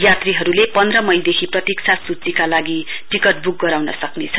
यात्रीहरुले पन्ध्र मईदेखि प्रतीक्षा सुचीका लिए टिक्ट बूक गराउन सक्ने छन्